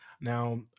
Now